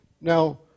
Now